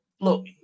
look